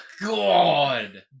god